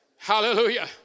Hallelujah